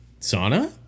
Sauna